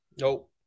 Nope